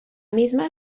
misma